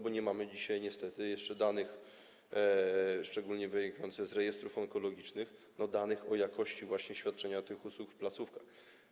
Bo nie mamy dzisiaj niestety jeszcze danych, szczególnie danych wynikających z rejestrów onkologicznych, danych o jakości właśnie świadczenia tych usług w placówkach.